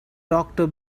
doctor